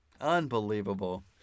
Unbelievable